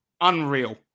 unreal